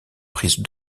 prise